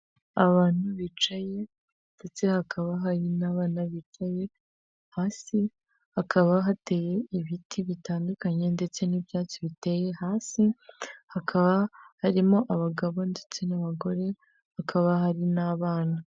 Abantu bicaye ndetse hakaba hari n'abana bicaye hasi, hakaba hateye ibiti bitandukanye ndetse n'ibyatsi biteye hasi, hakaba harimo abagabo ndetse n'abagore, hakaba hari n'abana.